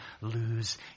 lose